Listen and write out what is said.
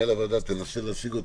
מנהל הוועדה, תנסה להשיג אותו.